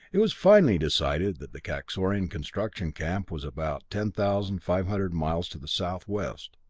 it was finally decided that the kaxorian construction camp was about ten thousand five hundred miles to the southwest.